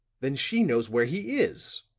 then she knows where he is?